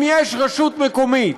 אם יש רשות מקומית,